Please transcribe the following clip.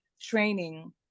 training